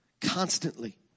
constantly